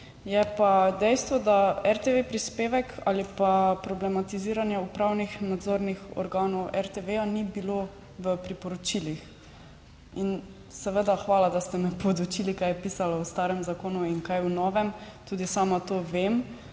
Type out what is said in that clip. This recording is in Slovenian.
je pa dejstvo, da RTV prispevek ali pa problematiziranje upravnih, nadzornih organov RTV ni bilo v priporočilih. In seveda hvala, da ste me podučili, kaj je pisalo v starem zakonu in kaj v novem, tudi sama to vem,